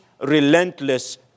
relentless